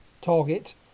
target